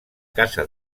caça